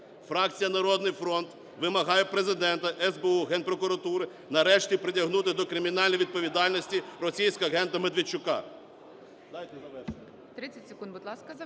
Фракція "Народний фронт" вимагає від Президента, СБУ, Генпрокуратури нарешті притягнути до кримінальної відповідальності російського агента Медведчука…